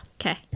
Okay